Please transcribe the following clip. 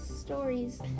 stories